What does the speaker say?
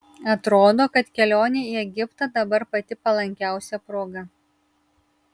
atrodo kad kelionei į egiptą dabar pati palankiausia proga